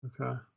Okay